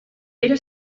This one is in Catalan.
pere